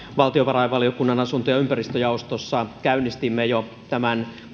valtiovarainvaliokunnan asunto ja ympäristöjaostossa käynnistimme jo tämän